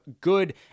good